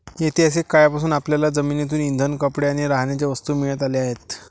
ऐतिहासिक काळापासून आपल्याला जमिनीतून इंधन, कपडे आणि राहण्याच्या वस्तू मिळत आल्या आहेत